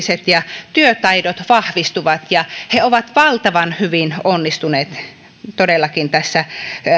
sosiaaliset psyykkiset ja työtaidot vahvistuvat ja he ovat todellakin valtavan hyvin onnistuneet tässä